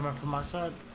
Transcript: my son